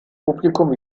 publikum